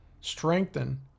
strengthen